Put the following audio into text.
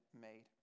made